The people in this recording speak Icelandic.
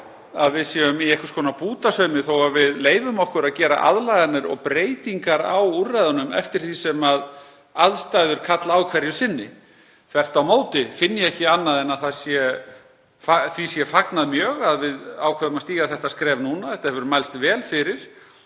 að við séum í einhvers konar bútasaumi þó að við leyfum okkur að gera aðlaganir og breytingar á úrræðunum eftir því sem aðstæður kalla á hverju sinni. Þvert á móti finn ég ekki annað en að því sé fagnað mjög að við ákváðum að stíga þetta skref núna. Þetta hefur mælst vel fyrir